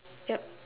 yup